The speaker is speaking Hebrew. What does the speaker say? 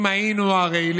אם היינו ערלים